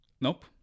Nope